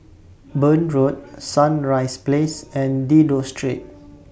Burn Road Sunrise Place and Dido Street